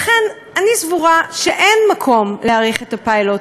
לכן, אני סבורה שאין מקום להאריך את הפיילוט.